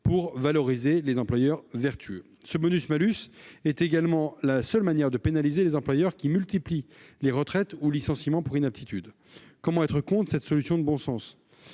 pour valoriser les employeurs vertueux. Ce bonus-malus est également la seule manière de pénaliser les employeurs qui multiplient les retraites ou les licenciements pour inaptitude. Comment être contre cette solution de bon sens ?